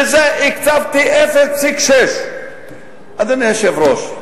לזה הקצבתי 0.6. אדוני היושב-ראש,